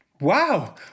Wow